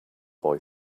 boy